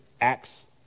acts